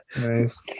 Nice